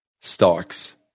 Starks